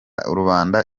rubanda